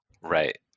Right